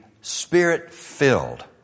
spirit-filled